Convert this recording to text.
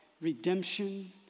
redemption